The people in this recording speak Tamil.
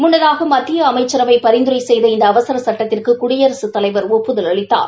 முள்ளதாக மத்திய அமைச்சரவை பரிந்துரை செப்த இந்த அவசர சட்டத்திற்கு குடியரசுத் தலைவர் ஒப்புதல் அளித்தார்